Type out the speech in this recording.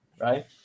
Right